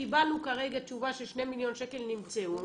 קיבלנו כרגע תשובה ש-2 מיליון שקל נמצאו.